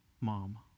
mom